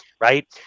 right